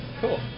Cool